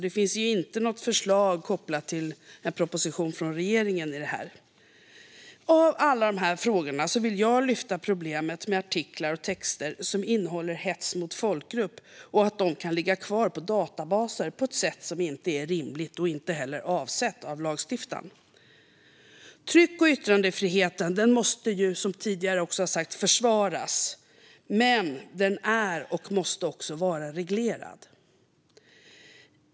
Det finns inte något förslag kopplat till en proposition från regeringen. Av alla dessa frågor vill jag lyfta fram problemet med att artiklar och texter som innehåller hets mot folkgrupp kan ligga kvar på databaser på ett sätt som inte är rimligt och inte heller avsett av lagstiftaren. Tryck och yttrandefriheten måste som tidigare sagts försvaras. Men den är och måste också vara reglerad.